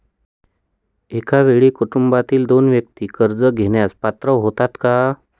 एका वेळी कुटुंबातील दोन व्यक्ती कर्ज घेण्यास पात्र होतात का?